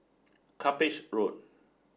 Cuppage Road